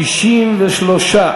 התשע"ג 2013,